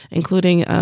including.